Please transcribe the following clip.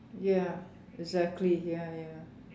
ya exactly ya ya